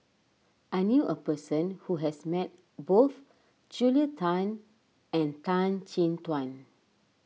I knew a person who has met both Julia Tan and Tan Chin Tuan